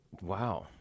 Wow